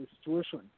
situation